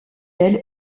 elle